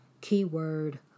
Keyword